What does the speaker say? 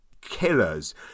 killers